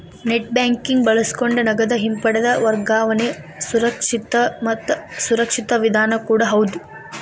net banking ಬಳಸಕೊಂಡ ನಗದ ಹಿಂಪಡೆದ ವರ್ಗಾವಣೆ ಸುರಕ್ಷಿತ ಮತ್ತ ಸುರಕ್ಷಿತ ವಿಧಾನ ಕೂಡ ಹೌದ್